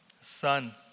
son